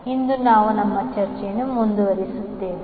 ಇಂದು ನಾವು ನಮ್ಮ ಚರ್ಚೆಯನ್ನು ಮುಂದುವರಿಸುತ್ತೇವೆ